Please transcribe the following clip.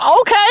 okay